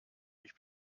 durch